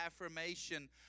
affirmation